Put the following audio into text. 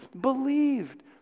believed